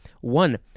One